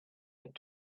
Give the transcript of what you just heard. had